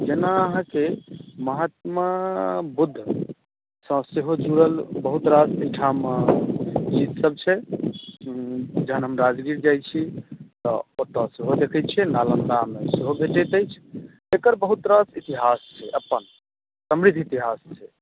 जेना अहाँ के महात्मा बुद्ध सॅं सेहो जुड़ल बहुत रास जाहिठाम मे सब छै जहन हम राजगीर जाई छी तऽ ओतय सेहो देखै छियै नालंदा मे सेहो भेटैत अछि एकर बहुत रास इतिहास छै अपन समृद्ध इतिहास छै